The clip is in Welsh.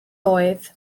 oedd